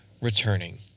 returning